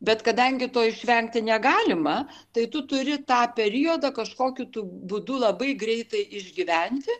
bet kadangi to išvengti negalima tai tu turi tą periodą kažkokiu būdu labai greitai išgyventi